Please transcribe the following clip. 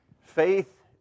Faith